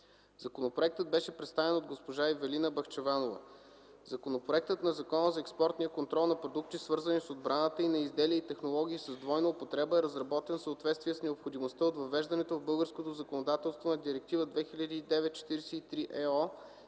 Законопроектът беше представен от госпожа Ивелина Бахчеванова. Проектът на Закон за експортния контрол на продукти, свързани с отбраната, и на изделия и технологии с двойна употреба е разработен в съответствие с необходимостта от въвеждането в българското законодателство на Директива 2009/43/ЕО